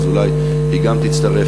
אז אולי גם היא תצטרף,